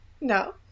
No